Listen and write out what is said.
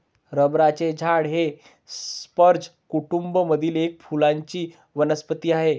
रबराचे झाड हे स्पर्ज कुटूंब मधील एक फुलांची वनस्पती आहे